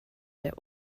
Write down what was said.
der